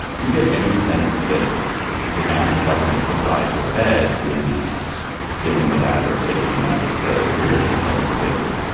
do you get any sense that the national government besides the fed is dealing with that or is facing that with the seriousness they need to face it?